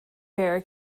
bear